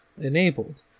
enabled